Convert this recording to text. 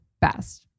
best